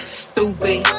stupid